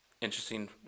interesting